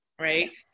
right